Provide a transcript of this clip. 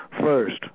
first